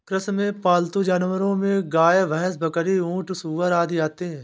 कृषि में पालतू जानवरो में गाय, भैंस, बकरी, ऊँट, सूअर आदि आते है